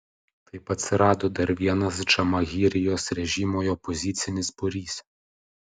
taip atsirado dar vienas džamahirijos režimui opozicinis būrys